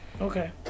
Okay